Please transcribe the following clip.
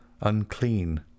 unclean